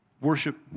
Worship